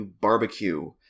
barbecue